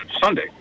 Sunday